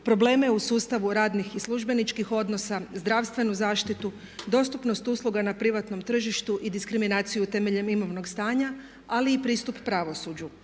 probleme u sustavu radnih i službeničkih odnosa, zdravstvenu zaštitu dostupnost usluga na privatnom tržištu i diskriminaciju temeljem imovnog stanja ali i pristup pravosuđu